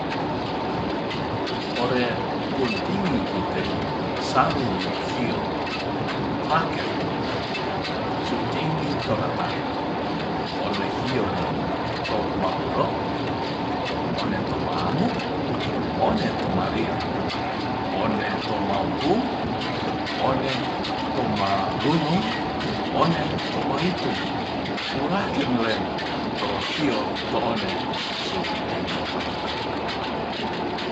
Ore puntinggi kite saru no hio rakel su tinggi toratan one hio ne to mawuro one to mamu one to mariri one to mawung one tomalonglong one to maito orakel lem to hio to one su tinggi toratan